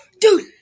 Dude